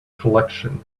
collection